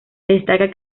destaca